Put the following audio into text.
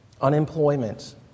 unemployment